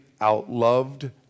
outloved